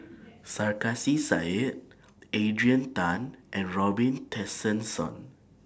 Sarkasi Said Adrian Tan and Robin Tessensohn